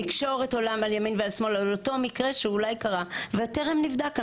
התקשורת עולה על אותו מקרה שאולי קרה וטרם נבדק.